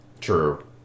True